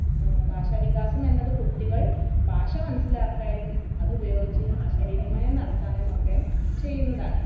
ഭാഷ വികാസമെന്നത് കുട്ടികൾ ഭാഷ മനസിലാക്കുകയും അതുപയോഗിച്ച് ആശയവിനിമയം നടത്താനുമൊക്കെ ചെയ്യുന്നതാണ്